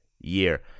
year